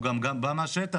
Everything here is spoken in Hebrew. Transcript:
הוא גם בא מהשטח.